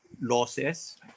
losses